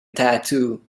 tattoo